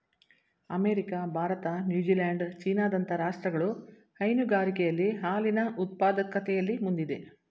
America, Bharat, New Zealand, China ದಂತ ರಾಷ್ಟ್ರಗಳು ಹೈನುಗಾರಿಕೆಯಲ್ಲಿ ಹಾಲಿನ ಉತ್ಪಾದಕತೆಯಲ್ಲಿ ಮುಂದಿದೆ